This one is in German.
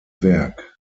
werk